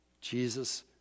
Jesus